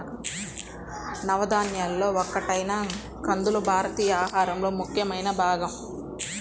నవధాన్యాలలో ఒకటైన కందులు భారతీయుల ఆహారంలో ముఖ్యమైన భాగం